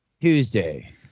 Tuesday